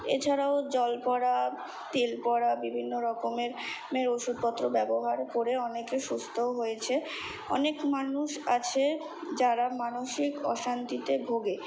এছাড়াও জলপড়া তেলপড়া বিভিন্ন রকমের ওষুধপত্র ব্যবহার করে অনেকে সুস্থও হয়েছে অনেক মানুষ আছে যারা মানসিক অশান্তিতে ভোগে